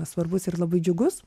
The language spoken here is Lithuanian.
svarbus ir labai džiugus